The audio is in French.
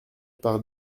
par